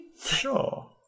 Sure